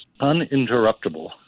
uninterruptible